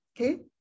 okay